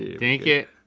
dink it.